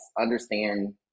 Understand